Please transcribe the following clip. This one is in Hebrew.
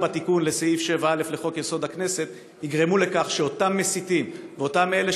בתיקון לסעיף 7א לחוק-יסוד: הכנסת יגרמו לכך שאותם מסיתים ואותם אלה